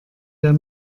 der